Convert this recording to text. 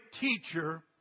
teacher